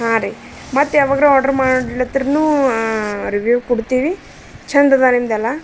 ಹಾಂ ರೀ ಮತ್ತು ಯಾವಾಗರ ಆರ್ಡ್ರ್ ಮಾಡ್ಲತ್ರುನೂ ರಿವೀವ್ ಕೊಡ್ತೀವಿ ಚಂದದ ನಿಮ್ದು ಎಲ್ಲ